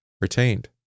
retained